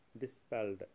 dispelled